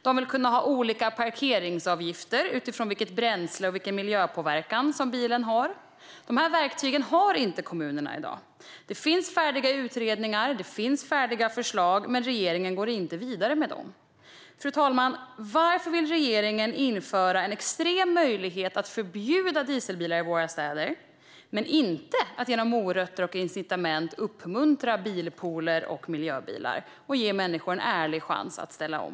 De vill kunna ha olika parkeringsavgifter utifrån vilket bränsle och vilken miljöpåverkan som bilen har. De här verktygen har inte kommunerna i dag. Det finns färdiga utredningar och förslag, men regeringen går inte vidare med dem. Varför vill regeringen införa en extrem möjlighet att förbjuda dieselbilar i våra städer men inte genom morötter och incitament uppmuntra till bilpooler och inköp av miljöbilar och ge människor en ärlig chans att ställa om?